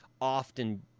Often